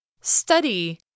Study